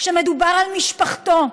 כשמדובר על משפחתו,